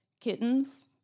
kittens